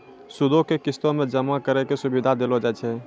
सूदो के किस्तो मे जमा करै के सुविधा देलो जाय छै